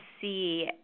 see